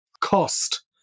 cost